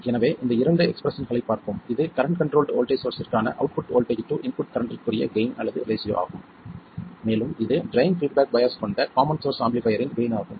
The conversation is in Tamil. எனவே இந்த இரண்டு எக்ஸ்பிரஸ்ஸன்களைப் பார்ப்போம் இது current controlled voltage சோர்ஸ்ற்கான output voltage to input கரண்ட்டிற்குறிய gain அல்லது ரேஷியோ ஆகும் மேலும் இது ட்ரைன் பீட்பேக் பையாஸ் கொண்ட காமன் சோர்ஸ் ஆம்பிளிஃபைர் இன் கெய்ன் ஆகும்